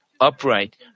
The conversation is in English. upright